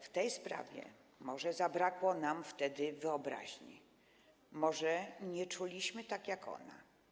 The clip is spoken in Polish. W tej sprawie może zabrakło nam wtedy wyobraźni, może nie czuliśmy tak jak ona.